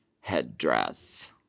headdress